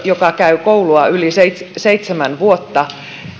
joka käy koulua yli seitsemän vuotta